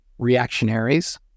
reactionaries